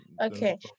okay